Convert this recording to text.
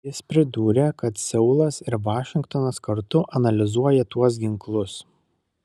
jis pridūrė kad seulas ir vašingtonas kartu analizuoja tuos ginklus